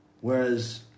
Whereas